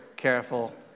Careful